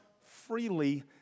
freely